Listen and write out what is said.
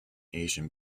asian